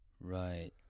Right